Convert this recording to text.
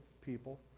people